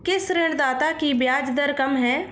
किस ऋणदाता की ब्याज दर कम है?